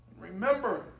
Remember